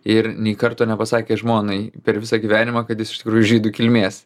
ir nė karto nepasakė žmonai per visą gyvenimą kad jis iš tikrųjų žydų kilmės